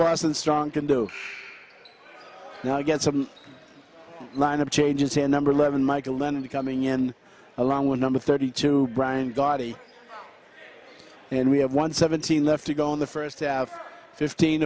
boston strong can do now get some lineup changes here number eleven michael danby coming in along with number thirty two brian garvey and we have one seventeen left to go on the first fifteen